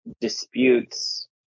disputes